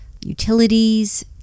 utilities